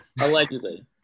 Allegedly